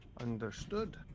Understood